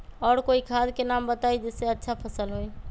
और कोइ खाद के नाम बताई जेसे अच्छा फसल होई?